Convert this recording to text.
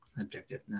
objective